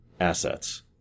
assets